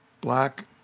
black